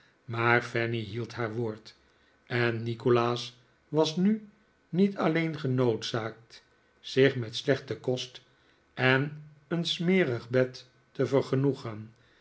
maar fanny hield haar woord en nikolaas was nu niet alleen genoodzaakt zich met slechten kost en een smerig bed te vergenoegen